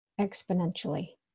exponentially